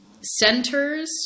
centers